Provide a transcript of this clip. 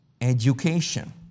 education